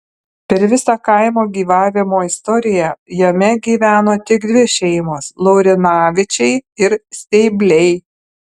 per visą kaimo gyvavimo istoriją jame gyveno tik dvi šeimos laurinavičiai ir steibliai